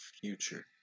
future